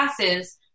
classes